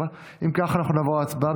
אם כך אנחנו נעבור להצבעה.